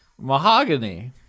Mahogany